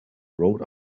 rode